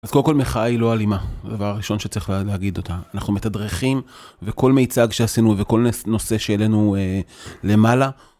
אז קודם כל מחאה היא לא אלימה, זה הדבר הראשון שצריך להגיד אותה, אנחנו מתדרכים וכל מיצג שעשינו וכל נושא שהעלינו למעלה.